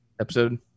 episode